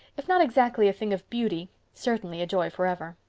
if not exactly a thing of beauty, certainly a joy forever.